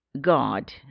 God